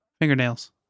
Fingernails